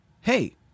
Hey